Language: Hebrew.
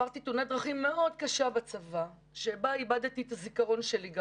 מסעדנים בכל הארץ מדווחים כבר תקופה ארוכה שפשוט אי-אפשר למצוא מלצרים.